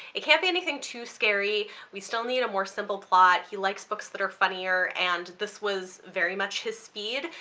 it can't be anything too scary, we still need a more simple plot. he likes books that are funnier and this was very much his speed.